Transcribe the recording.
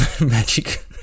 Magic